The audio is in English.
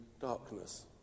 darkness